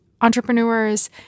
entrepreneurs